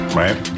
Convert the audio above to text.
right